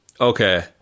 Okay